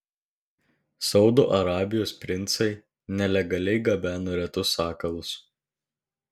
saudo arabijos princai nelegaliai gabeno retus sakalus